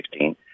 2016